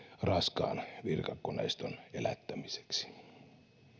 raskaan virkakoneiston elättämiseksi